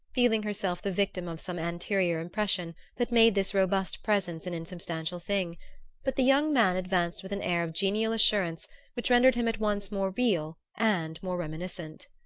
feeling herself the victim of some anterior impression that made this robust presence an insubstantial thing but the young man advanced with an air of genial assurance which rendered him at once more real and more reminiscent.